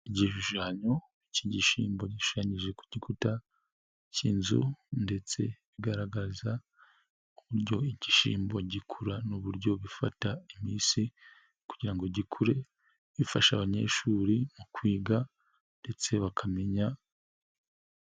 Igishushanyo cy'igishyimbo gishushanyije ku gikuta cy'inzu ndetse bigaragaza uburyo igishyimbo gikura n'ububuryo bifata iminsi kugira gikure, bifasha abanyeshuri mu kwiga ndetse bakamenya...